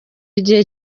igihe